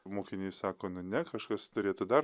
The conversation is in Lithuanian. mokinys sako nu ne kažkas turėtų dar